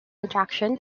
attraction